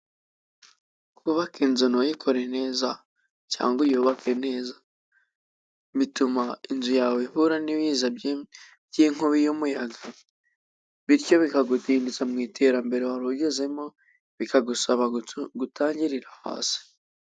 kubaka inzu ntuyikore neza cyangwa ngo uyubake neza, bituma inzu yawe ihura n'ibiza by'inkubi y'umuyaga bityo bikakudindiza mu iterambere warugezemo bikagusaba gutangirira hasi.